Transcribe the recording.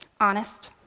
honest